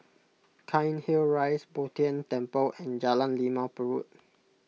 Cairnhill Rise Bo Tien Temple and Jalan Limau Purut